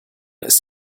ist